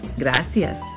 gracias